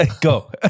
Go